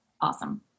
Awesome